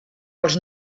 als